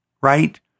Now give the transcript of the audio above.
right